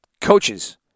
coaches